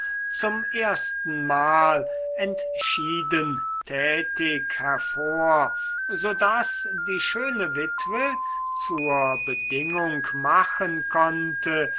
zum erstenmal entschieden tätig hervor so daß die schöne witwe zur bedingung machen konnte